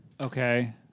Okay